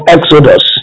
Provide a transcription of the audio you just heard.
Exodus